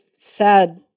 sad